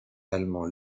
allemand